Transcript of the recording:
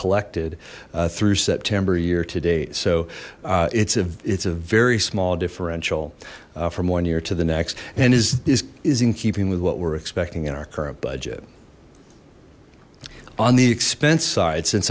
collected through september year to date so it's a it's a very small differential from one year to the next and is this is in keeping with what we're expecting in our current budget on the expense side since